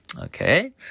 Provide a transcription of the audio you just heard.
Okay